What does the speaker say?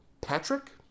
Patrick